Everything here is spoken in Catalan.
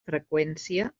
freqüència